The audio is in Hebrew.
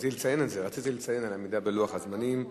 רציתי לציין את זה, העמידה בלוחות הזמנים.